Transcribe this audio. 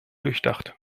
durchdacht